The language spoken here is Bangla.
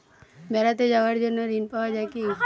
বেড়াতে যাওয়ার জন্য ঋণ পাওয়া যায় কি?